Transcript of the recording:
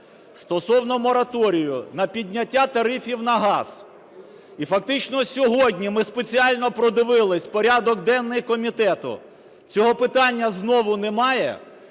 стосовно мораторію на підняття тарифів на газ. І фактично сьогодні, ми спеціально продивились порядок денний комітету, цього питання знову немає.